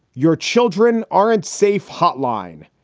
your children aren't safe. hotline.